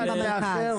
העיקר